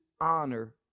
honor